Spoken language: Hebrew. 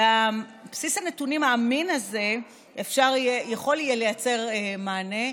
בסיס הנתונים האמין הזה יכול יהיה לייצר מענה.